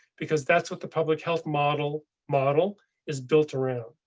because that's what the public health model model is built around.